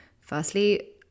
firstly